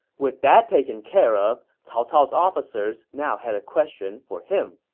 with that taken care of, cao cao's officers now had a question for him